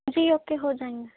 جی okay ہو جائے گا